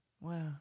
wow